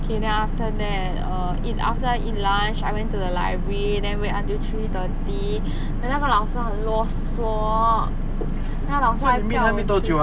K then after that err eat after I eat lunch I went to the library then wait until three thirty then 那个老师很啰嗦那个老师突然叫我去